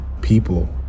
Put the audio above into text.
people